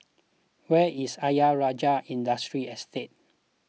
where is Ayer Rajah Industry Estate